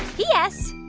p s,